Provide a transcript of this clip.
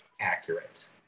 accurate